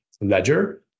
ledger